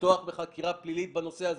לפתוח בחקירה פלילית בנושא הזה.